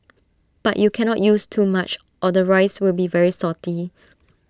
but you cannot use too much or the rice will be very salty